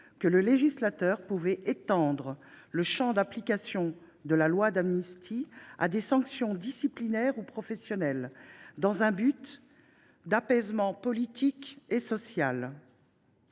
que le législateur pouvait « étendre le champ d’application de la loi d’amnistie à des sanctions disciplinaires ou professionnelles dans un but d’apaisement politique ou social